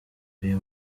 uyu